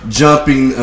jumping